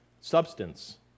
Substance